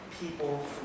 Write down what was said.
people